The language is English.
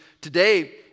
today